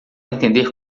entender